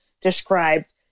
described